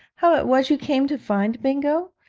how it was you came to find bingo?